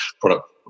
product